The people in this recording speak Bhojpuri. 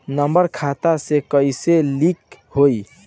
नम्बर खाता से कईसे लिंक होई?